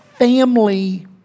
Family